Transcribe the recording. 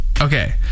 Okay